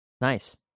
Nice